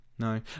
No